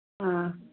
ꯑꯥ